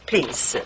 Please